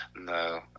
No